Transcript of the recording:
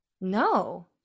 No